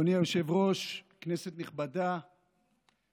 אדוני היושב-ראש, כנסת נכבדה,